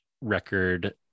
record